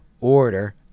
order